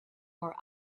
more